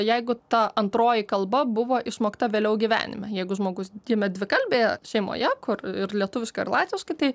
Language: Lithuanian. jeigu ta antroji kalba buvo išmokta vėliau gyvenime jeigu žmogus gimė dvikalbėje šeimoje kur ir lietuviškai ir latviškai tai